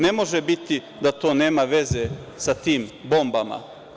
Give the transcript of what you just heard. Ne može biti da to nema veze sa tim bombama“